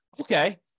Okay